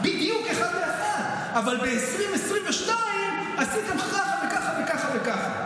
בדיוק אחד לאחד: אבל ב-2022 עשיתם ככה וככה וככה.